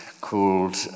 called